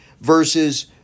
versus